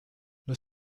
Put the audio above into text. los